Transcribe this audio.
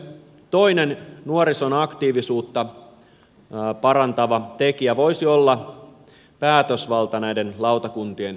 toinen nuorison aktiivisuutta parantava tekijä voisi olla päätösvalta näiden lautakuntien kokouksissa